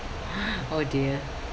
oh dear